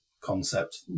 concept